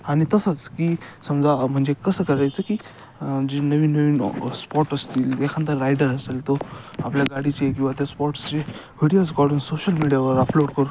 आणि तसंच की समजा म्हणजे कसं करायचं की जे नवीन नवीन स्पॉट असतील एखादा रायडर असेल तो आपल्या गाडीचे किंवा त्या स्पाॅटसचे व्हिडिओज काढून सोशल मीडियावर अपलोड करून